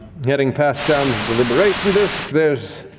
heading past down the deliberation disc, there's,